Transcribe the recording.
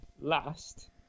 last